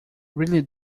really